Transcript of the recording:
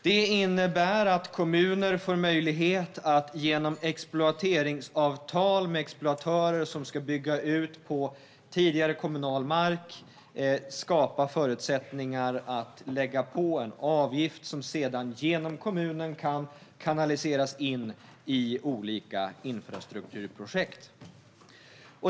Det innebär att kommuner får möjlighet att genom exploateringsavtal med exploatörer, som ska bygga ut på tidigare kommunal mark, lägga på en avgift som sedan genom kommunen kan kanaliseras in i olika infrastrukturprojekt.